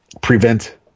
prevent